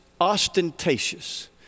ostentatious